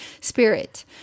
spirit